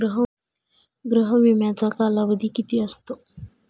गृह विम्याचा कालावधी किती असतो?